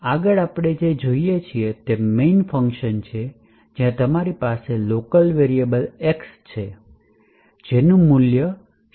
આગળ આપણે જે જોઈએ છીએ તે મેઇન ફંકશન છે જ્યાં તમારી પાસે લોકલ વેરિએબલ x છે જેનું મૂલ્ય શૂન્ય છે